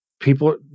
People